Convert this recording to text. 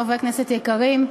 חברי כנסת יקרים,